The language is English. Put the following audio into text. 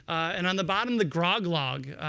and on the bottom the grog log,